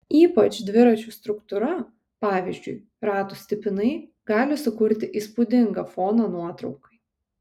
ypač dviračių struktūra pavyzdžiui ratų stipinai gali sukurti įspūdingą foną nuotraukai